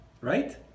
right